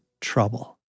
trouble